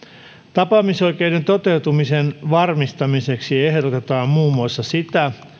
tapaamisoikeuden toteutumisen varmistamiseksi ehdotetaan muun muassa sitä